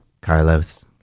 Carlos